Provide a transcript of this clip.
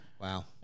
Wow